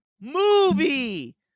movie